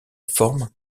forme